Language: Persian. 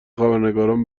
خبرنگاران